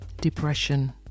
depression